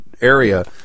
area